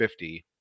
50